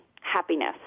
happiness